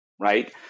right